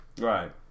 Right